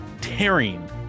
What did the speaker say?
tearing